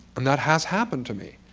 and that has happened to me.